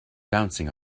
bouncing